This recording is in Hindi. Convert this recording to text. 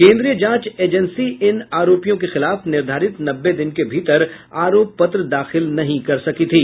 केन्द्रीय जांच एजेंसी इन आरोपियों के खिलाफ निर्धारित नब्बे दिन के भीतर आरोप पत्र दाखिल नहीं कर सकी थी